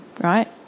right